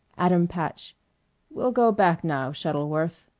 adam patch we'll go back now, shuttleworth